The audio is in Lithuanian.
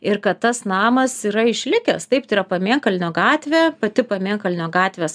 ir kad tas namas yra išlikęs taip tai yra pamėnkalnio gatvė pati pamėnkalnio gatvės